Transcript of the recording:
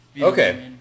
Okay